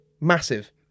massive